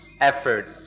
effort